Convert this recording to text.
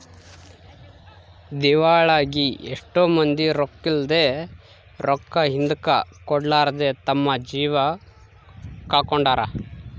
ದಿವಾಳಾಗಿ ಎಷ್ಟೊ ಮಂದಿ ರೊಕ್ಕಿದ್ಲೆ, ರೊಕ್ಕ ಹಿಂದುಕ ಕೊಡರ್ಲಾದೆ ತಮ್ಮ ಜೀವ ಕಳಕೊಂಡಾರ